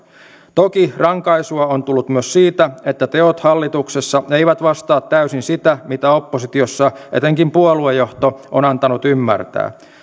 toki rankaisua on tullut myös siitä että teot hallituksessa eivät vastaa täysin sitä mitä oppositiossa etenkin puolueenjohto on antanut ymmärtää